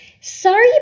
Sorry